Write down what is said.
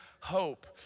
hope